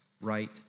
right